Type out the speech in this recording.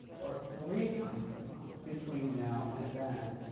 or three times a month between now and then.